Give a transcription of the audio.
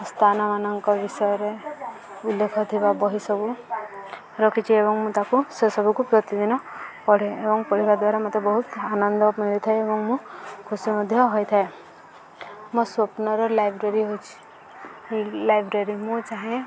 ସ୍ଥାନମାନଙ୍କ ବିଷୟରେ ଉଲ୍ଲେଖ ଥିବା ବହି ସବୁ ରଖିଛି ଏବଂ ମୁଁ ତାକୁ ସେସବୁକୁ ପ୍ରତିଦିନ ପଢ଼େ ଏବଂ ପଢ଼ିବା ଦ୍ୱାରା ମୋତେ ବହୁତ ଆନନ୍ଦ ମିଳିଥାଏ ଏବଂ ମୁଁ ଖୁସି ମଧ୍ୟ ହୋଇଥାଏ ମୋ ସ୍ୱପ୍ନର ଲାଇବ୍ରେରୀ ହେଉଛି ଲାଇବ୍ରେରୀ ମୁଁ ଚାହେଁ